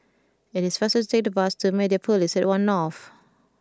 it is faster to take the bus to Mediapolis at One North